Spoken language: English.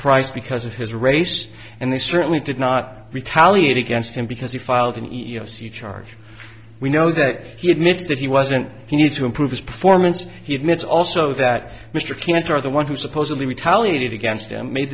price because of his race and they certainly did not retaliate against him because he filed an ego see charge we know that he admits that he wasn't he needs to improve his performance he admits also that mr cantor the one who supposedly retaliated against him made